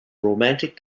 romantic